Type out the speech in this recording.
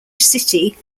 city